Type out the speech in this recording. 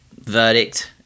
verdict